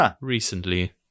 recently